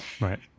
Right